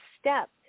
step